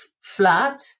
flat